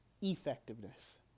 effectiveness